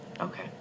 Okay